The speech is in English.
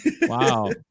Wow